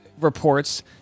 reports